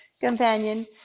companion